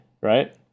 right